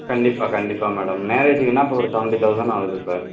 கண்டிப்பாக கண்டிப்பாக மேடம் மேரேஜுக்குனால் இப்போ ஒரு சவன்ட்டி தௌசன் ஆகுது இப்போ